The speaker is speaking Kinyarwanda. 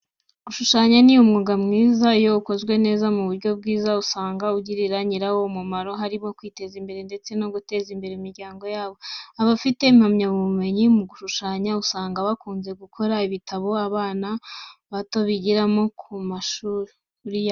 Gushushanya ni umwuga iyo ukozwe mu buryo bwiza usanga ugirira ba nyirawo umumaro, harimo kwiteza imbere, ndetse no guteza imbere imiryango yabo. Abafite impamyabumenyi mu gushushanya, usanga bakunze gukora ibitabo abana bato bigiramo ku mashuri yabo.